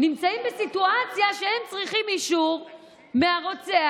נמצאים בסיטואציה שהם צריכים אישור מהרוצח,